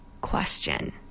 Question